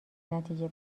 نتیجه